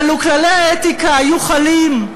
ולו כללי האתיקה היו חלים,